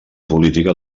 política